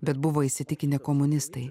bet buvo įsitikinę komunistai